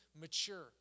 mature